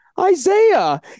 Isaiah